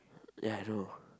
ya I know